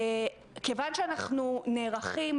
כיוון שאנחנו נערכים,